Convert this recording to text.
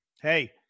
Hey